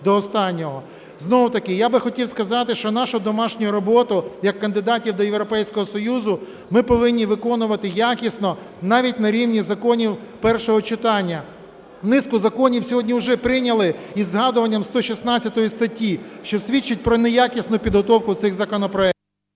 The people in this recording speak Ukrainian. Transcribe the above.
до останнього. Знову-таки, я би хотів сказати, що нашу домашню роботу як кандидатів до Європейського Союзу ми повинні виконувати якісно, навіть на рівні законів першого читання. Низку законів сьогодні вже прийняли із згадуванням 116 статті, що свідчить про неякісну підготовку цих законопроектів.